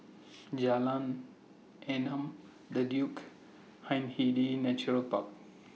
Jalan Enam The Duke Hindhede Natural Park